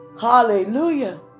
Hallelujah